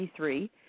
23